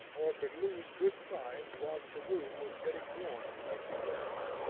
or could lose good time whilst the room was getting warm in winter days.